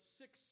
six